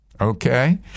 okay